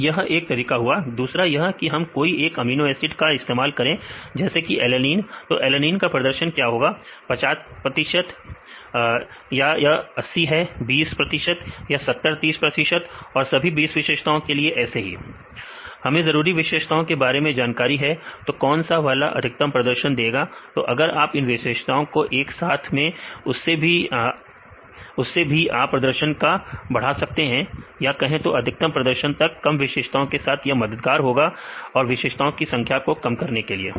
तो यह एक तरीका हुआ दूसरा यह कि हम कोई एक अमीनो एसिड का इस्तेमाल करें जैसे कि एलेनीन तो एलेनीन का प्रदर्शन किया होगा 50 प्रतिशत क्या यह 80 है 20 प्रतिशत या 70 30 प्रतिशत और सभी 20 विशेषताओं के लिए ऐसे ही हमें जरूरी विशेषताओं के बारे में जानकारी है तो कौन सा वाला अधिकतम प्रदर्शन देगा तो अगर आप इन विशेषताओं को एक साथ में उससे भी आ प्रदर्शन को बढ़ा सकते हैं या कहें तो अधिकतम प्रदर्शन तक कम विशेषताओं के साथ यह मददगार होगा विशेषताओं की संख्या को कम करने के लिए